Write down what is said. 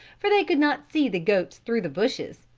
for they could not see the goats through the bushes.